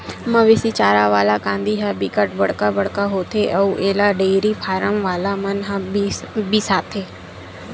मवेशी चारा वाला कांदी ह बिकट बड़का बड़का होथे अउ एला डेयरी फारम वाला मन ह बिसाथे